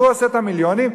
והוא עושה את המיליונים.